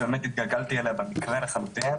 שבאמת התגלגלתי אליה במקרה לחלוטין,